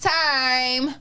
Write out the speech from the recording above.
time